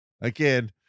Again